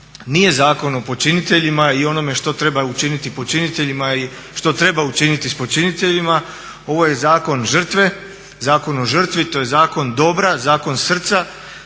nije zakon o počiniteljima i onome što treba učiniti počiniteljima i što treba učiniti s počiniteljima, ovo je zakon žrtve, zakon o žrtvi, to je zakon dobra, zakon srca,